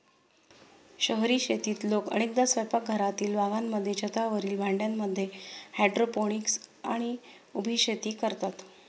शहरी शेतीत लोक अनेकदा स्वयंपाकघरातील बागांमध्ये, छतावरील भांड्यांमध्ये हायड्रोपोनिक्स आणि उभी शेती करतात